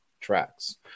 tracks